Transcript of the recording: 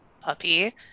puppy